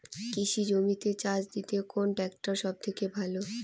কৃষি জমিতে চাষ দিতে কোন ট্রাক্টর সবথেকে ভালো?